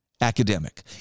academic